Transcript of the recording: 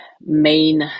main